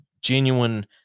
genuine